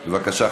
בבקשה,